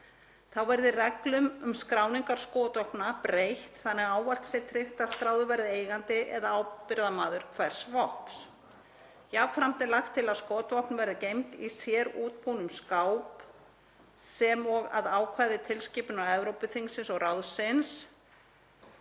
Þá verði reglum um skráningar skotvopna breytt þannig að ávallt sé tryggt að skráður verði eigandi eða ábyrgðarmaður hvers vopns. Jafnframt er lagt til að skotvopn verði geymd í sérútbúnum skáp sem og að ákvæði tilskipunar Evrópuþingsins og ráðsins